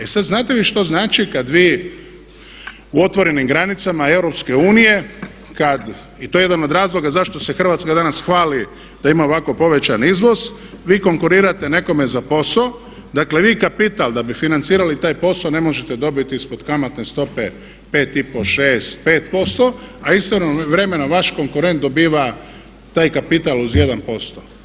E sad, znate vi što znači kad vi u otvorenim granicama EU i to je jedan od razloga zašto se Hrvatska danas hvali da ima ovako povećan izvoz, vi konkurirate nekome za posao, dakle vi kapital da bi financirali taj posao ne možete dobiti ispod kamatne stope 5,5, 6, 5%, a istovremeno vaš konkurent dobiva taj kapital uz 1%